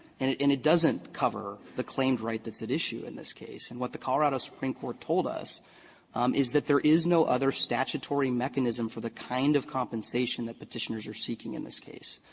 and and it doesn't cover the claimed right that's at issue in this case, and what the colorado supreme court told us is that there is no other statutory mechanism for the kind of compensation that petitioners are seeking in this case.